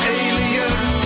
aliens